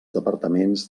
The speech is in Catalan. departaments